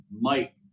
Mike